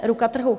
Ruka trhu.